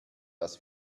das